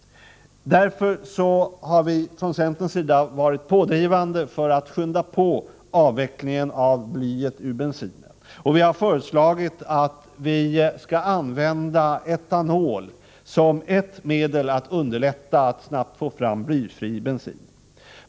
Därför har vi från centerns sida varit pådrivande för att skynda på avvecklingen av blyet ur bensinen. Vi har föreslagit att man skulle använda etanol som ett medel att underlätta att snabbt få fram blyfri bensin.